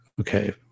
okay